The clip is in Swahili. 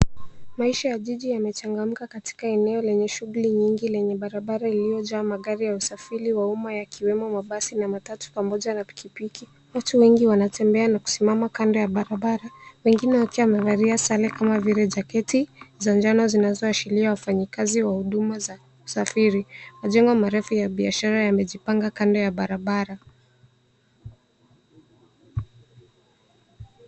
Maisha ya jiji yamechangamka katika eneo lenye shughuli nyingi lenye barabara iliyojaa magari ya usafiri wa umma yakiwemo mabasi na matatu pamoja na pikipiki. Watu wengi wanatembea na kusimama kando ya barabara, wengine wakiwa wamevalia sare kama vile jaketi za njano zinazoashiria wafanyikazi wa huduma za usafiri. Majengo marefu ya biashara yamejipanga kando ya barabara.